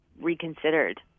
reconsidered